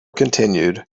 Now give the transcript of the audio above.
continued